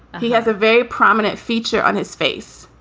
he has a very prominent feature on his face.